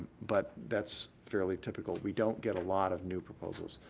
but that's fairly typical. we don't get a lot of new proposals,